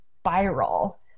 spiral